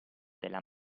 della